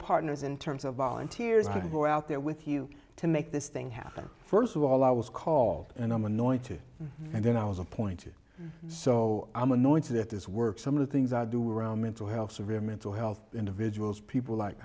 partners in terms of volunteers who are out there with you to make this thing happen first of all i was called and i'm annoyed too and then i was appointed so i'm annoying to that this work some of the things i do around mental health severe mental health individuals people like